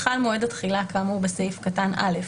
חל מועד התחילה כאמור בסעיף קטן (א),